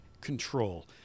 control